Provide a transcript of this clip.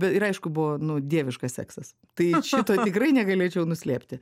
ir aišku buvo nu dieviškas seksas tai šito tikrai negalėčiau nuslėpti